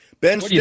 Ben